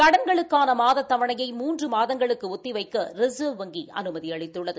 கடன்களுக்கான மாத தவணையை மூன்று மாதங்களுக்கு ஒத்தி வைக்க ரிச்வ் வங்கி அனுமதி அளித்துள்ளது